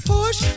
Push